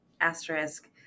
asterisk